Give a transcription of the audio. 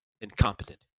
incompetent